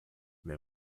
mehr